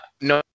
No